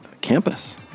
campus